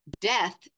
death